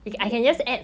is it